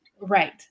Right